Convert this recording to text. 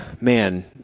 Man